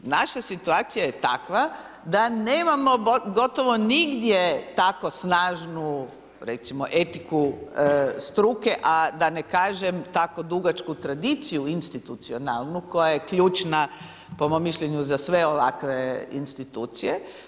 Naša situacija je takva da nemamo gotovo nigdje tako snažnu, recimo, etiku struke, a da ne kažem, tako dugačku tradiciju institucionalnu koja je ključna, po mom mišljenju, za sve ovakve institucije.